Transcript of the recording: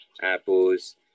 apples